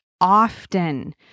often